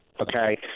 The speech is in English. okay